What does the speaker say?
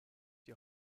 die